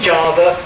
Java